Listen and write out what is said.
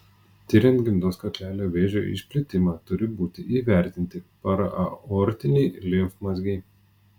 tiriant gimdos kaklelio vėžio išplitimą turi būti įvertinti paraaortiniai limfmazgiai